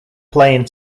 playing